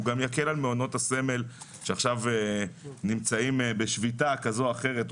הוא גם יקל על מעונות הסמל שעכשיו נמצאם בשביתה כזו או אחרת.